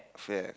fair